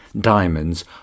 diamonds